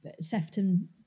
Sefton